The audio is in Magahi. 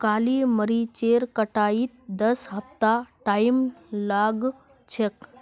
काली मरीचेर कटाईत दस हफ्तार टाइम लाग छेक